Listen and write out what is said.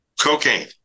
cocaine